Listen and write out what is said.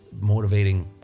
motivating